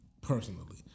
personally